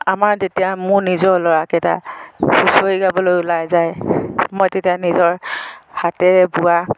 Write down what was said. আমাৰ যেতিয়া মোৰ নিজৰ ল'ৰাকেইটা হুঁচৰি গাবলৈ উলাই যায় মই তেতিয়া নিজৰ হাতেৰে বোৱা